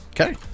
Okay